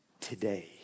today